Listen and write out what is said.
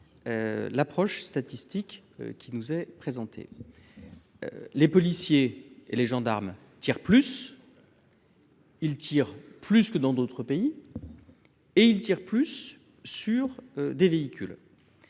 l'approche statistique qui nous est présentée. Les policiers et les gendarmes tirent plus que dans d'autres pays et ils tirent plus sur des véhicules.